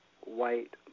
white